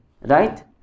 right